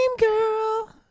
girl